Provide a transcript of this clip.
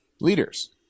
leaders